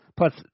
Plus